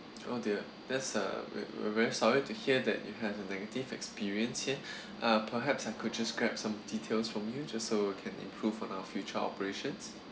oh dear there's a we we really sorry to hear that you have the negative experience here uh perhaps I could just grab some details from you just so can improve on our future operations